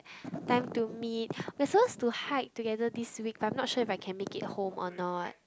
time to meet we are supposed to hike together this week but I'm not sure if I can make it home or not